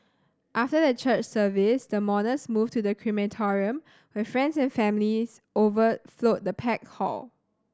after the church service the mourners moved to the crematorium where friends and families overflowed the packed hall